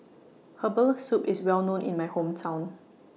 Herbal Soup IS Well known in My Hometown